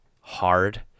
hard